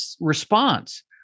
response